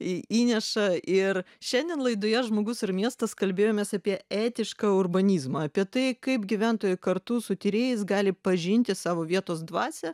į įneša ir šiandien laidoje žmogus ir miestas kalbėjomės apie etišką urbanizmą apie tai kaip gyventojai kartu su tyrėjais gali pažinti savo vietos dvasią